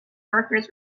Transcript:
workers